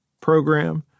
program